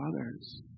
others